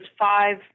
five